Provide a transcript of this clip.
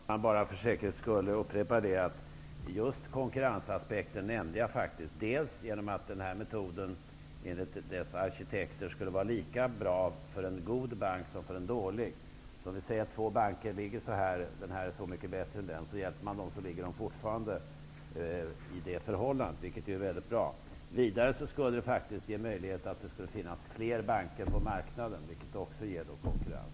Fru talman! Jag vill bara för säkerhets skull upprepa det jag faktiskt nämnde om just konkurrensaspekten, nämligen att den här metoden, enligt dess arkitekter, skulle vara lika bra för en god som för en dålig bank. Låt säga att det går litet bättre för den ena banken än för den andra, man hjälper dem och sedan ligger de fortfarande kvar i samma förhållande, vilket ju är väldigt bra. Vidare skulle faktiskt möjligheter ges till fler banker på marknaden, vilket också skapar konkurrens.